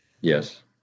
yes